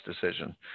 decision